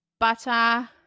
Butter